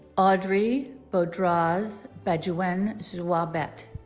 audrey baudraz badjouen dzouabet